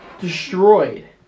Destroyed